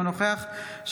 אינו נוכח עמית הלוי,